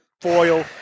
foil